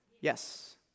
Yes